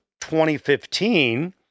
2015